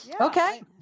okay